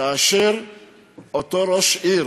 כאשר אותו ראש העיר